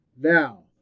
Now